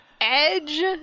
Edge